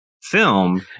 film